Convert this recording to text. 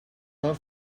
not